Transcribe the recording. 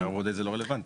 הדייר הבודד לא רלוונטי.